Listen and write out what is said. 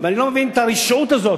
ואני לא מבין את הרשעות הזאת,